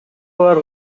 алар